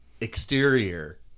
exterior